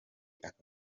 aka